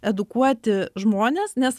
edukuoti žmones nes